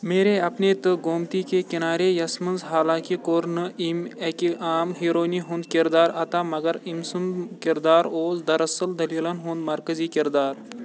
میرے اپنے تہٕ گومتی کے کِنارے یَس منٛز حالانٛکہِ کوٚر نہٕ أمۍ اَکہِ عام ہیٖروئینہِ ہُنٛد کِردار عطا مگر أمۍ سُنٛد کِردار اوس دراَصٕل دٔلیٖلہِ ہُنٛد مرکٔزی کِردار